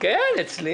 קודם כל,